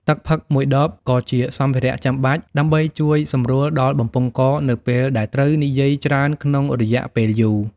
ទឹកផឹកមួយដបក៏ជាសម្ភារៈចាំបាច់ ដើម្បីជួយសម្រួលដល់បំពង់កនៅពេលដែលត្រូវនិយាយច្រើនក្នុងរយៈពេលយូរ។